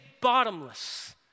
bottomless